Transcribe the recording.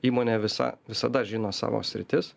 įmonė visa visada žino savo sritis